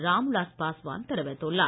ராம்விலாஸ் பாஸ்வான் தெரிவித்துள்ளார்